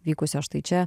vykusio štai čia